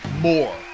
more